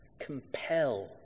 compel